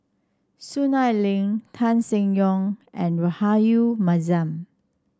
Soon Ai Ling Tan Seng Yong and Rahayu Mahzam